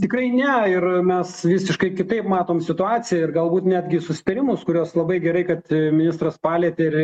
tikrai ne ir mes visiškai kitaip matom situaciją ir galbūt netgi susitarimus kuriuos labai gerai kad ministras palietė ir